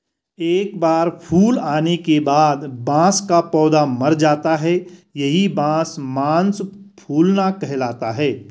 एक बार फूल आने के बाद बांस का पौधा मर जाता है यही बांस मांस फूलना कहलाता है